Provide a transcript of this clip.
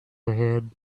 ahead